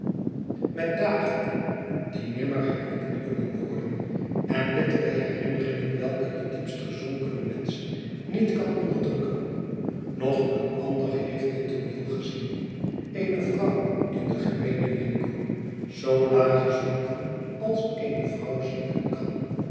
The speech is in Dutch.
met dagen die nimmer herroepen kunnen worden en bittere herinneringen welke de diepst gezonkene mensch niet kan onderdrukken nog een ander heeft dit tooneel gezien eene vrouw in den gemeenen winkel zoo laag gezonken als eene vrouw zinken kan